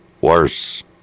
Worse